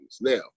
Now